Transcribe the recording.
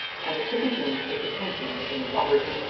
and attributing this attention, in its origin,